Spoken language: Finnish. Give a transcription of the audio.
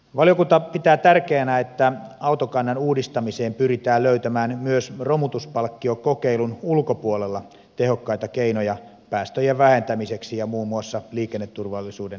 valiokunta pitää tärkeänä että autokannan uudistamiseen pyritään löytämään myös romutuspalkkiokokeilun ulkopuolella tehokkaita keinoja päästöjen vähentämiseksi ja muun muassa liikenneturvallisuuden edistämiseksi